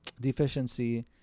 deficiency